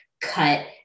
cut